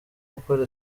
gukora